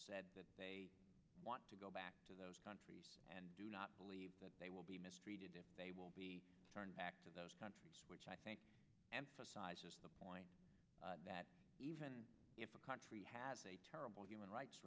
said that they want to go back to those countries and do not believe that they will be mistreated they will be turned back to those countries which i think the point that even if a country has a terrible human rights